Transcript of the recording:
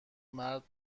مرد